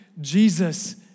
Jesus